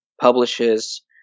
publishes